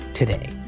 Today